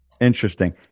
Interesting